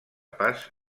pas